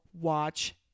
watch